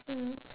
mm